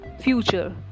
future